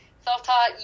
self-taught